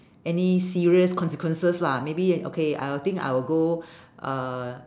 any serious consequences lah maybe okay I'll think I will go uh